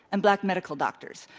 and black medical doctors.